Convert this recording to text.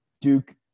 Duke